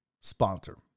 sponsor